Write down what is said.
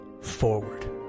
forward